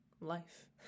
life